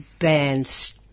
bands